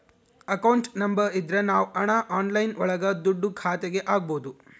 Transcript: account number ಇದ್ರ ನಾವ್ ಹಣ ಆನ್ಲೈನ್ ಒಳಗ ದುಡ್ಡ ಖಾತೆಗೆ ಹಕ್ಬೋದು